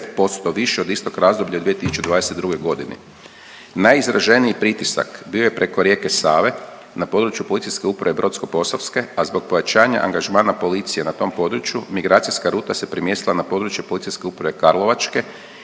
više od istog razdoblja iz 2022. godine. Najizraženiji pritisak bio je preko rijeke Save na području policijske uprave Brodsko-posavske, a zbog pojačanja angažmana policije na tom području, migracijska ruta se premjestila na područje policijske uprave Karlovačke